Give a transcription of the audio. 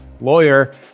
lawyer